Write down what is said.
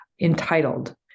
entitled